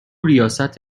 ریاست